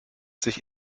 sich